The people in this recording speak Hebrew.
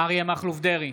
אריה מכלוף דרעי,